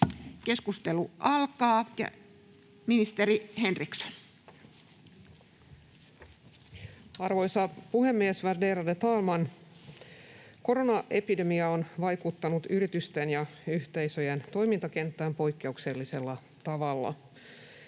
Time: 14:01 Content: Arvoisa puhemies, värderade talman! Koronaepidemia on vaikuttanut yritysten ja yhteisöjen toimintakenttään poikkeuksellisella tavalla.